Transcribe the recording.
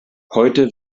heute